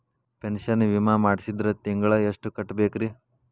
Pension ವಿಮಾ ಮಾಡ್ಸಿದ್ರ ತಿಂಗಳ ಎಷ್ಟು ಕಟ್ಬೇಕ್ರಿ?